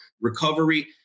recovery